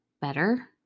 better